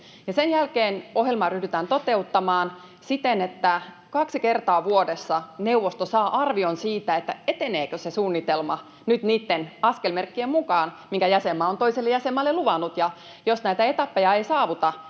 Sen jälkeen ohjelmaa ryhdytään toteuttamaan siten, että kaksi kertaa vuodessa neuvosto saa arvion siitä, eteneekö se suunnitelma nyt niitten askelmerkkien mukaan, minkä jäsenmaa on toiselle jäsenmaalle luvannut. Jos näitä etappeja ei saavuteta,